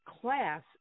class